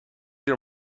your